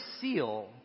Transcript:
seal